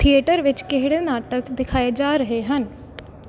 theatre ਵਿੱਚ ਕਿਹੜੇ ਨਾਟਕ ਦਿਖਾਏ ਜਾ ਰਹੇ ਹਨ